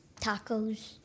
Tacos